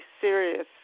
serious